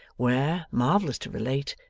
where, marvellous to relate,